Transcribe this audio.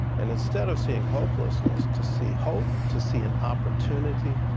and instead of seeing hopelessness, to see hope, to see an opportunity,